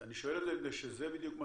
אני שואל את זה מפני שזה בדיוק מה